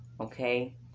okay